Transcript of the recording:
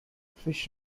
fish